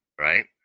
right